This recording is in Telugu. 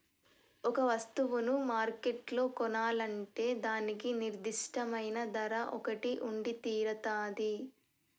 ఒక వస్తువును మార్కెట్లో కొనాలంటే దానికి నిర్దిష్టమైన ధర ఒకటి ఉండితీరతాది